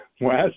West